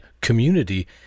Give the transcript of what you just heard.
community